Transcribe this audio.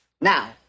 Now